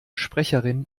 sprecherin